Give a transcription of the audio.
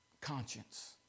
conscience